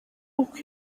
uko